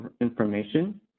information